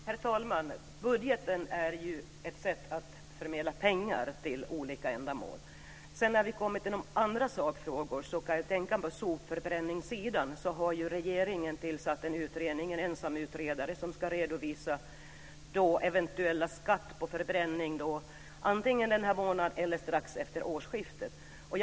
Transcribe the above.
Herr talman! Budgeten är ju ett instrument för att fördela pengar till olika ändamål. I sakfrågan har regeringen tillsatt en ensamutredare, som antingen denna månad eller strax efter årsskiftet ska redovisa eventuellt behov av skatt på sopförbränning.